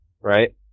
right